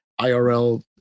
IRL